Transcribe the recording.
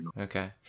Okay